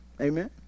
Amen